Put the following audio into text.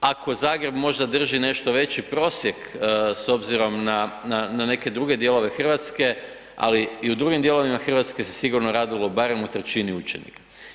Ako Zagreb možda drži nešto veći prosjek s obzirom na neke druge dijelove Hrvatske, ali i u drugim dijelovima Hrvatske se sigurno radilo barem o trećini učenika.